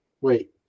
Wait